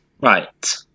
Right